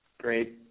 great